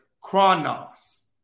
chronos